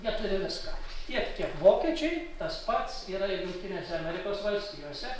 jie turi viską tiek kiek vokiečiai tas pats yra jungtinėse amerikos valstijose